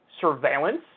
surveillance